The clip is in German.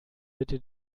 bitte